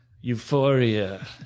Euphoria